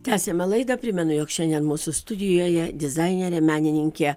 tęsiame laidą primenu jog šiandien mūsų studijoje dizainerė menininkė